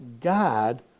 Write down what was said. God